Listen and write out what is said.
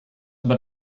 über